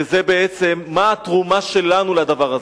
וזה בעצם מהי התרומה שלנו לדבר הזה.